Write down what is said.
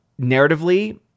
narratively